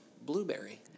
Blueberry